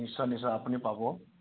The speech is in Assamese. নিশ্চয় নিশ্চয় আপুনি পাব